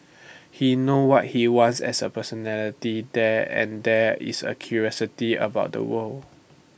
he knows what he wants as A personality there and there is A curiosity about the world